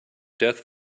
death